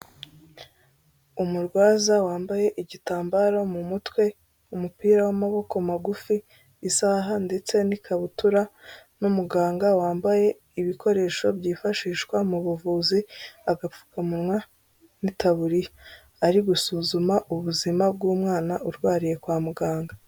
Umurwaza wambaye igitambaro mu mutwe, umupira w'amaboko magufi, isaha ndetse n'ikabutura n'umuganga wambaye ibikoresho byifashishwa mu buvuzi, agapfukamunwa n'itaburiya. Ari gusuzuma ubuzima bw'umwana urwariye kwa muganga.